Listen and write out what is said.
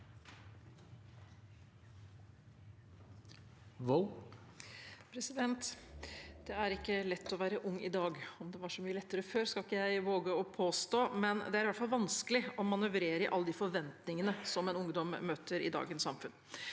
(SV) Det er ikke lett å være ung i dag. At det var så mye lettere før, skal ikke jeg våge å påstå, men det er i hvert fall vanskelig å manøvrere i alle de forventningene som en ungdom møter i dagens samfunn.